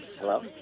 hello